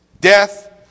Death